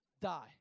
Die